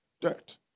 dirt